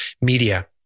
media